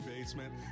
basement